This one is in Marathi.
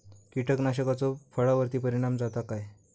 कीटकनाशकाचो फळावर्ती परिणाम जाता काय?